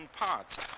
parts